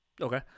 Okay